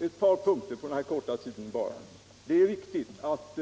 Ett par punkter bara hinner jag med på den korta repliktiden. Det är riktigt att